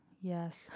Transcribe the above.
yes